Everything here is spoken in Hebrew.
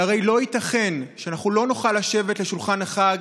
שהרי לא ייתכן שאנחנו לא נוכל לשבת לשולחן החג